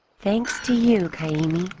thanks to you came